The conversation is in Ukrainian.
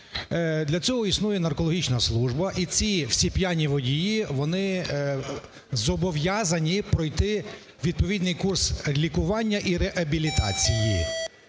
Для цього існує наркологічна служба і ці всі п'яні водії, вони зобов'язані пройти відповідний курс лікування і реабілітації.